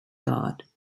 god